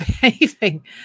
behaving